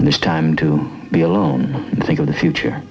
and this time to be alone think of the future